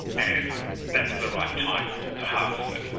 and that's the right time to harvest it.